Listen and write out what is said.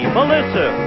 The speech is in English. Melissa